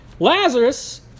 Lazarus